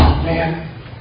Man